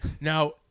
Now